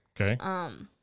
Okay